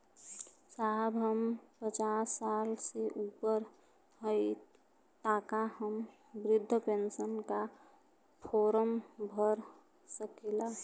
साहब हम पचास साल से ऊपर हई ताका हम बृध पेंसन का फोरम भर सकेला?